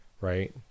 right